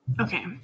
Okay